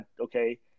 Okay